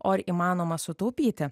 o ar įmanoma sutaupyti